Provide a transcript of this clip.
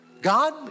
God